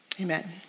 Amen